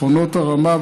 מכונות הרמה,